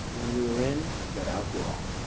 when we were in, we got out wrong.